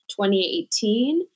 2018